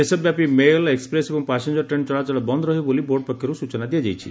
ଦେଶବ୍ୟାପୀ mail express ଏବଂ passenger ଚଳାଚଳ ବନ୍ଦ ରହିବ ବୋଲି ବୋର୍ଡ ପକ୍ଷରୁ ସୂଚନା ଦିଆଯାଇଛି